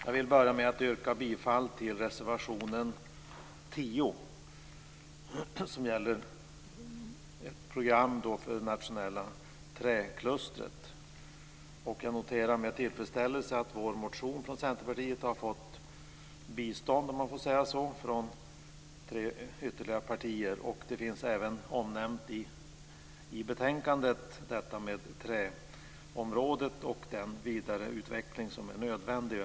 Jag vill börja med att yrka bifall till reservationen 10 som gäller ett program för det nationella träklustret. Jag noterar med tillfredsställelse att Centerpartiets motion har fått bistånd, om man får säga så, från ytterligare tre partier. Träområdet och den vidare utveckling som är nödvändig finns även omnämnt i betänkandet.